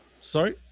sorry